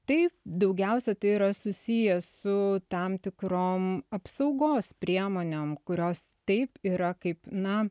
tai daugiausia tai yra susiję su tam tikrom apsaugos priemonėm kurios taip yra kaip na